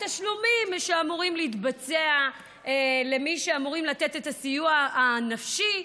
התשלומים שאמורים להתבצע למי שאמורים לתת את הסיוע הנפשי,